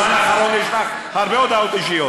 בזמן האחרון יש לך הרבה הודעות אישיות.